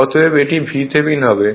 অতএব এটি b Thevenin হবে